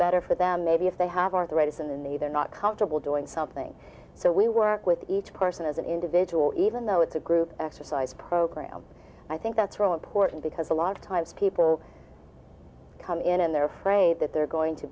better for them maybe if they have arthritis in the they're not comfortable doing something so we work with each person as an individual even though it's a group exercise program i think that's wrong porton because a lot of times people come in and they're afraid that they're going to